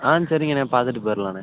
ஆ சரிங்கண்ண பார்த்துட்டு போயிடலாண்ண